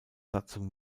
satzung